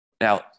Now